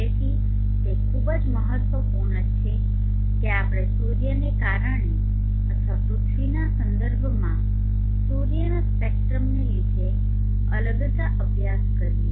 તેથી તે ખૂબ જ મહત્વપૂર્ણ છે કે આપણે સૂર્યને કારણે અથવા પૃથ્વીના સંદર્ભમાં સૂર્યના સ્પેક્ટ્રમને લીધે અલગતા અભ્યાસ કરીએ